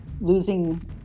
losing